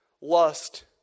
lust